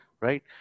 right